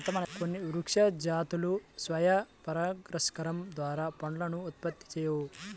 కొన్ని వృక్ష జాతులు స్వీయ పరాగసంపర్కం ద్వారా పండ్లను ఉత్పత్తి చేయవు